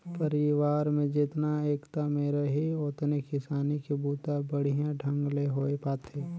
परिवार में जेतना एकता में रहीं ओतने किसानी के बूता बड़िहा ढंग ले होये पाथे